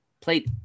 played